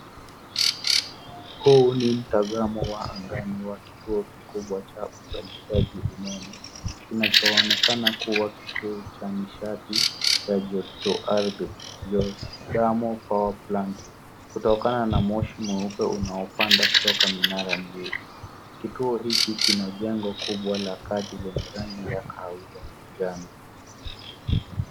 Huu ni mtazamo wa angani wa kituo kikubwa cha uzalishaji umeme kinachoonekana kuwa kituo cha nishati ya joto ardhi geothermal powerplant kutokana na moshi mweupe unaopanda kutoka minara miwili. Kituo hiki kina jengo kubwa la kati lenye rangi ya kahawia njano.